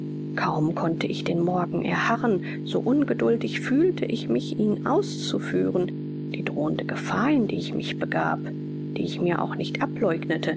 kaum konnte ich den morgen erharren so ungeduldig fühlte ich mich ihn auszuführen die drohende gefahr in die ich mich begab die ich mir auch nicht abläugnete